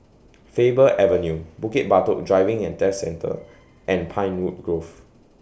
Faber Avenue Bukit Batok Driving and Test Centre and Pinewood Grove